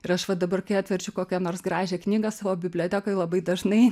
ir aš va dabar kai atverčiu kokią nors gražią knygą savo bibliotekoj labai dažnai